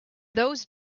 those